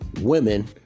women